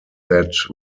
that